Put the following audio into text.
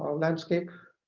landscape